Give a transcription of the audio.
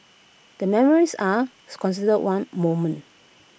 the memories are considered one moment